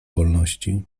wolności